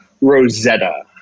Rosetta